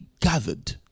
gathered